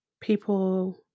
people